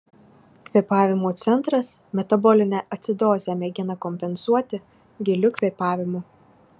kvėpavimo centras metabolinę acidozę mėgina kompensuoti giliu kvėpavimu